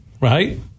right